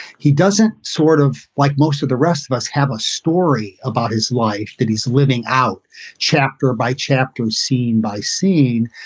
he doesn't sort of like most of the rest of us, have a story about his life that he's living out chapter by chapter, scene by scene.